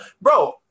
bro